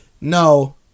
no